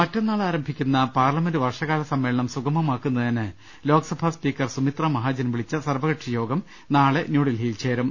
മറ്റന്നാൾ ആരംഭിക്കുന്ന പാർലമെന്റ് വർഷകാല സമ്മേളനം സുഗമമാക്കുന്നതിന് ലോക്സഭാ സ്പീക്കർ സുമിത്ര മഹാജൻ വിളിച്ച സർവ്വ കക്ഷിയോഗം നാളെ ന്യൂഡൽഹിയിൽ ചേരും